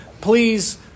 Please